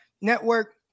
network